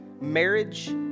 Marriage